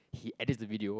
he edit the video